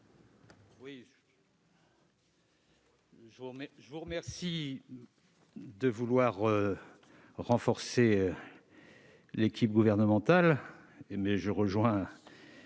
je vous remercie de vouloir renforcer l'équipe gouvernementale, mais je rejoins